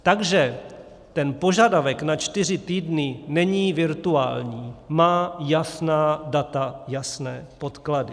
Takže ten požadavek na čtyři týdny není virtuální, má jasná data, jasné podklady.